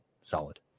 Solid